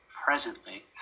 presently